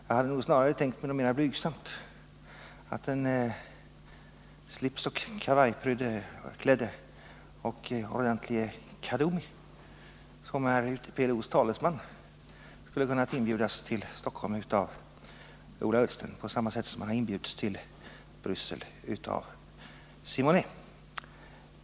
Jag hade nog snarare tänkt på något mera stillsamt, nämligen att den slipsoch kavajklädde och ordentlige Kadoumi, som är PLO:s utrikespolitiske talesman, skulle ha kunnat inbjudas till Stockholm av Ola Ullsten på samma sätt som han inbjudits till Bryssel av Simonet.